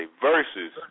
Versus